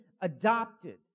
adopted